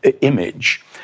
image